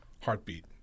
heartbeat